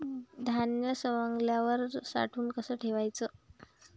धान्य सवंगल्यावर साठवून कस ठेवाच?